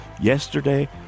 Yesterday